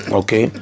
okay